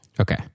Okay